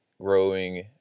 growing